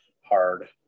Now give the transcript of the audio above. hard